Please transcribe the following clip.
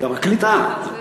גם הקליטה.